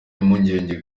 impungenge